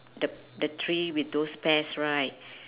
the the tree with those pears right